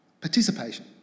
participation